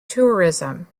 tourism